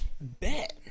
Bet